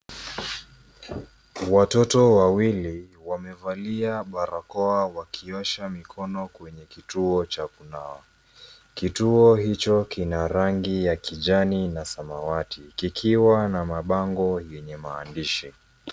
Watoto wawili, wamevalia barakoa wakiosha mikono kwenye kituo cha kunawa. Kituo hicho kina rangi ya kijani na samawati, kikiwa na mabango yenye maandishi.